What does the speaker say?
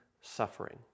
suffering